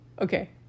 Okay